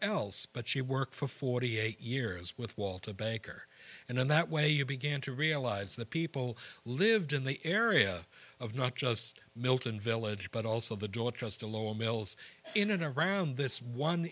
else but she worked for forty eight years with walter baker and then that way you began to realize that people lived in the area of not just milton village but also the daughter just the lower mills in and around this one